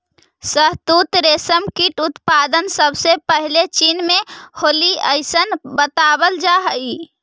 शहतूत रेशम कीट उत्पादन सबसे पहले चीन में होलइ अइसन बतावल जा हई